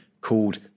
called